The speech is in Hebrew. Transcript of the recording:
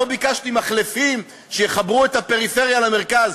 לא ביקשתי מחלפים שיחברו את הפריפריה למרכז.